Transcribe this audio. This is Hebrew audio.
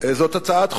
זאת הצעת חוק,